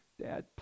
Dad